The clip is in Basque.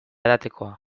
edatekoa